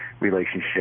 relationship